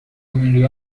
بمیری